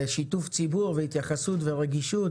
שיתוף ציבור והתייחסות ורגישות,